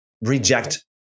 reject